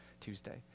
Tuesday